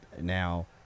Now